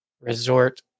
Resort